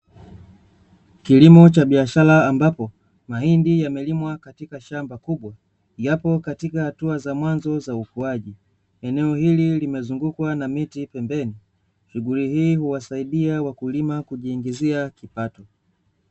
Kilimo cha biashara ambapo mahindi yamelimwa katika shamba kubwa, yapo katika hatua za mwanzo za ukuaji; eneo hili limezungukwa na miti pembeni. Shughuli hii huwasaidia wakulima kujiingizia wakulima kipato.